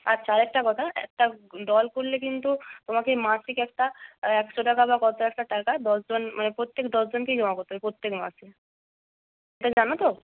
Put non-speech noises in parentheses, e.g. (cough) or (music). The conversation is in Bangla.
আচ্ছা আরেকটা কথা একটা (unintelligible) দল খুললে কিন্তু তোমাকে মাসিক একটা একশো টাকা বা কত একটা টাকা দশজন মানে প্রত্যেক দশজনকেই জমা করতে হবে প্রত্যেক মাসে (unintelligible) জানো তো